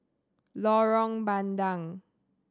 Lorong Bandang